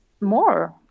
more